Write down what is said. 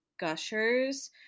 gushers